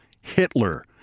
Hitler